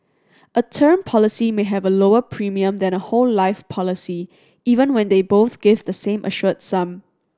a term policy may have a lower premium than a whole life policy even when they both give the same assured sum